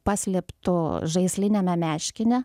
paslėptu žaisliniame meškine